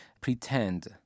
pretend